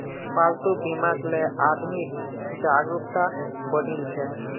पालतू बीमाक ले आदमीत जागरूकता बढ़ील छ